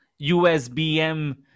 USBM